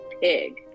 Pig